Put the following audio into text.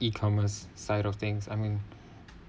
E commerce side of things I mean